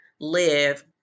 live